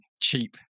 cheap